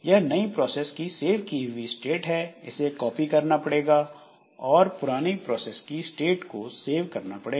यह नई प्रोसेस की सेव की हुई स्टेट है इसे कॉपी करना पड़ेगा और पुरानी प्रोसेस की स्टेट को सेव करना पड़ेगा